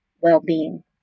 well-being